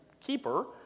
keeper